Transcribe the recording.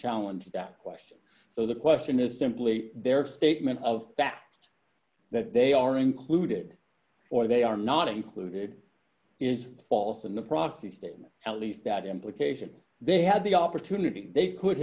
challenge that question so the question is simply their statement of fact that they are included or they are not included is false in the proxy statement at least that implication they had the opportunity they could